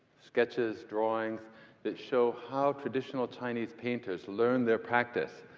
sketches, drawings that show how traditional chinese painters learned their practice.